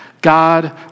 God